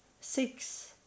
six